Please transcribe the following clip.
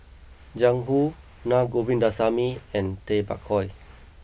Jiang Hu Na Govindasamy and Tay Bak Koi